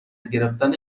گرفتن